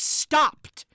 stopped